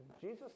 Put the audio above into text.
Jesus